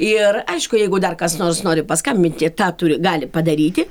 ir aišku jeigu dar kas nors nori paskambinti tą turi gali padaryti